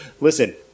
Listen